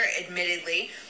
admittedly